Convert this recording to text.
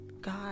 God